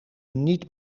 niet